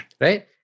Right